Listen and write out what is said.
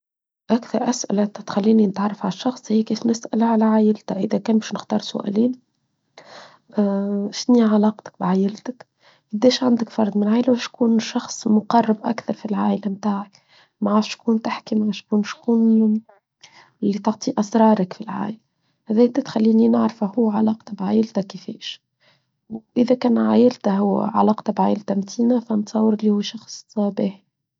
أكثر أسئلة تدخليني نتعرف على الشخص هي كي نسألها على عائلتك إذا كان مش نختار سؤالين شني علاقتك بعائلتك؟ كدهش عندك فرد من عائلة وشكون شخص مقرب أكثر في العائلة متاعك؟ معا شكون تحكي معا شكون شكون اللي تعطي أسرارك في العائلة؟ إذا كده تدخليني نعرف هو علاقتك بعائلتك كيفاش؟ وإذا كان عائلته هو علاقته بعائلته متينة فنتصور لي هو شخص صاباه.